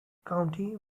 county